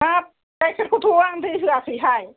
हाब गायखेरखौथ' आं दै होयाखै हाय